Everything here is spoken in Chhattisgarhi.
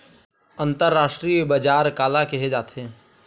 अंतरराष्ट्रीय बजार काला कहे जाथे?